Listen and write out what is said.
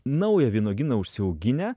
naują vynuogyną užsiauginę